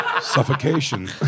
Suffocation